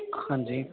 ਹਾਂਜੀ